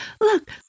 Look